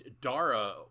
Dara